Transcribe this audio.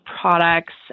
products